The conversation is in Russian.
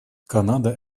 канада